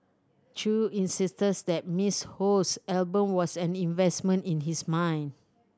Chew insisted that Miss Ho's album was an investment in his mind